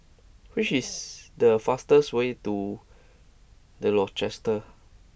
which is the fastest way to The Rochester